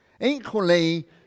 Equally